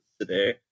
today